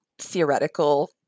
theoretical